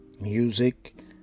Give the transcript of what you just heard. Music